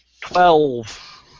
Twelve